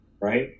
Right